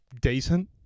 Decent